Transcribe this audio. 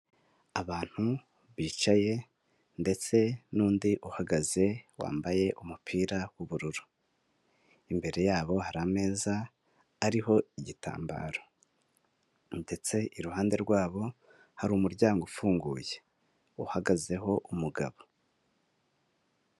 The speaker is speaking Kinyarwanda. Abantu bicaye ndetse n'undi uhagaze, wambaye umupira w'ubururu. Imbere yabo hari ameza ariho igitambaro. Ndetse iruhande rwabo hari umuryango ufunguye. Uhagazeho umugabo.